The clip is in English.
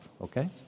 Okay